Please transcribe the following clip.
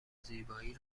زیبایی